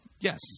Yes